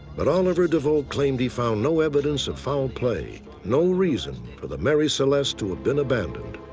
but oliver deveau claimed he found no evidence of foul play, no reason for the mary celeste to have been abandoned.